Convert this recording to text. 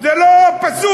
זה לא פסול,